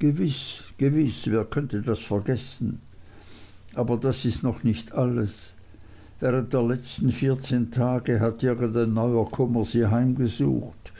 gewiß gewiß wer könnte das vergessen aber das ist noch nicht alles während der letzten vierzehn tage hat irgendein neuer kummer sie heimgesucht